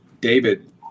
david